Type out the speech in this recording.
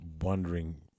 wondering